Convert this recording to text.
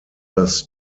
das